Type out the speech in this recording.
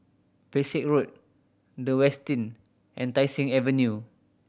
Pesek Road The Westin and Tai Seng Avenue